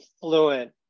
fluent